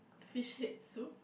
fish head soup